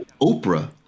Oprah